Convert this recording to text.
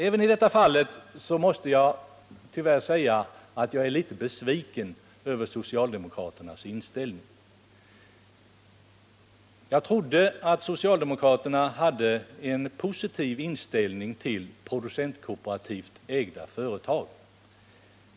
Även i detta fall måste jag tyvärr säga att jag är litet besviken över socialdemokraternas inställning. Jag trodde att socialdemokraterna hade en positiv inställning till producentkooperativt ägda företag.